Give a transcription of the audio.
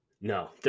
No